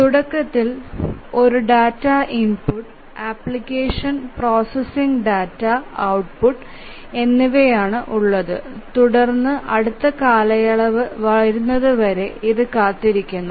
തുടക്കത്തിൽ ഒരു data input application processing data output എന്നിവയാണ് ഉള്ളത് തുടർന്ന് അടുത്ത കാലയളവ് വരുന്നതുവരെ ഇത് കാത്തിരിക്കുന്നു